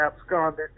absconded